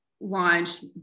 launched